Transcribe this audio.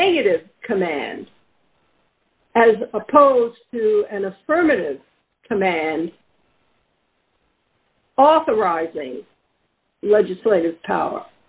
negative command as opposed to an affirmative command also rising legislative power